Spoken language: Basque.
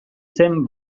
zen